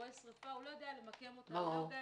רואה שריפה הוא לא יודע למקם אותה, לומר לי